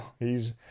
hes